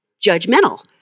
Judgmental